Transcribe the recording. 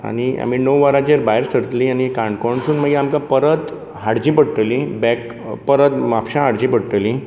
आनी आमी णव वरांचेर भायर सरतलीं आनी काणकोण सून मागीर आमकां परत हाडटीं पडटलीं बॅक परत म्हापश्यां हाडचीं पडटलीं